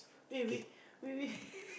eh we we we we